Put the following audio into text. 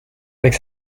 avec